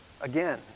again